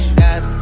Got